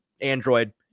Android